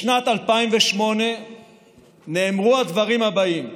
בשנת 2008 נאמרו הדברים האלה: